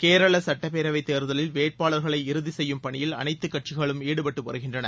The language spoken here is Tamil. கேரள சுட்டப்பேரவை தேர்தலில் வேட்பாளர்களை இறுதி செய்யும் பணியில் அனைத்து கட்சிகளும் ஈடுபட்டு வருகின்றன